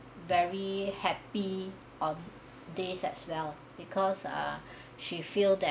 very happy on days as well because err she feel tha~